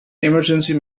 emergency